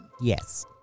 Yes